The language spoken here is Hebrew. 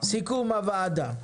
סיכום הוועדה: